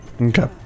Okay